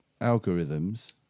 algorithms